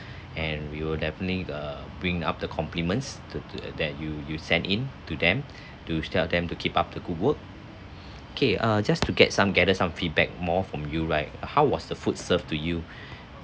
and we will definitely err bring up the compliments to to that you you sent in to them to tell them to keep up the good work K uh just to get some gather some feedback more from you right how was the food served to you